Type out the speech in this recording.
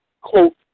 quote